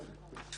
זה